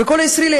וכל ישראלי,